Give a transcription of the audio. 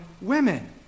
women